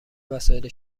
وسایل